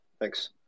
Thanks